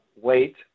wait